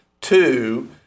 Two